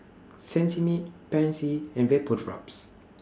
Cetrimide Pansy and Vapodrops